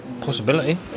possibility